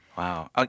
Wow